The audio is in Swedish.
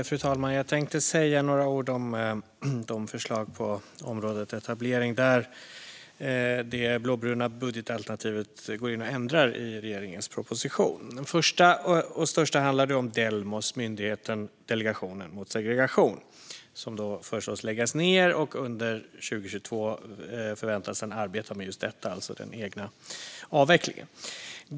Fru talman! Jag tänkte säga några ord om de förslag på området etablering där det blåbruna budgetalternativet har ändrat i regeringens proposition. Det första och det största handlar om Delmos, myndigheten Delegationen mot segregation, som föreslås läggas ned. Och under 2022 förväntas den arbeta just med den egna avvecklingen.